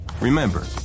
Remember